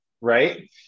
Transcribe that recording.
right